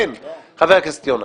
כן, חבר הכנסת יונה.